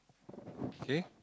okay